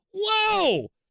whoa